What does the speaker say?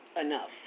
enough